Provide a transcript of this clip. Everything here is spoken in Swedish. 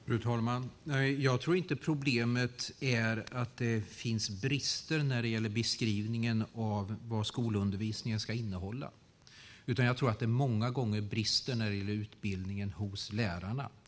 Fru talman! Jag tror inte att problemet är att det finns brister när det gäller beskrivningen av vad skolundervisningen ska innehålla, utan jag tror att det många gånger brister när det gäller utbildningen hos lärarna.